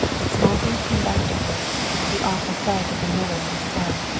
but small things came back to her the awful sight of the miller and his son,